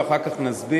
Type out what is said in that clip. ואחר כך נסביר.